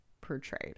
portrayed